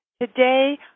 today